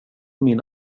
min